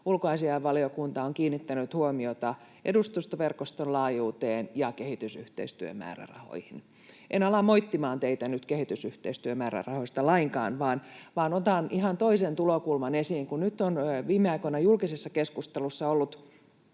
ulkoasiainvaliokunta on kiinnittänyt huomiota edustustoverkoston laajuuteen ja kehitysyhteistyömäärärahoihin. En ala moittimaan teitä nyt kehitysyhteistyömäärärahoista lainkaan, vaan otan ihan toisen tulokulman esiin. Kun nyt on viime aikoina julkisessa keskustelussa ollut